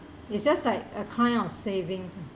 it's just like a kind of savings lah